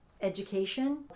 education